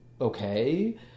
okay